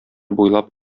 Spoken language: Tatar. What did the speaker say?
буйлап